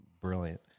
brilliant